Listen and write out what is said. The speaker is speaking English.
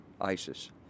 ISIS